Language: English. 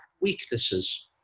weaknesses